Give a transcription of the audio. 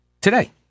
today